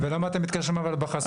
ולמה אתם מתקשרים אבל מחסוי?